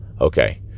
Okay